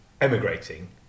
emigrating